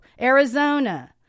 Arizona